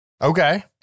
Okay